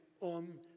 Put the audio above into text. on